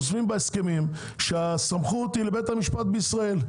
רושמים בהסכמים שהסמכות היא לבית המשפט בישראל,